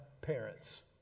parents